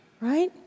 Right